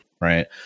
right